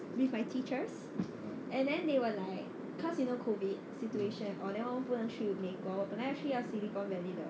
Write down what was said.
with my teachers and then they were like cause you know COVID situation then 我们不可以去美国我本来要去那个 silicon valley 的